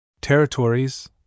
territories